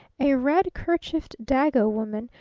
a red-kerchiefed dago woman,